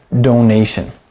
donation